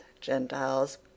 Gentiles